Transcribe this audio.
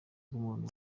bw’umuntu